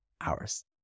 hours